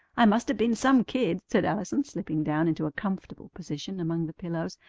i must a been some kid! said allison, slipping down into a comfortable position among the pillows.